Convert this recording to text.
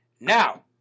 now